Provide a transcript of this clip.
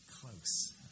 close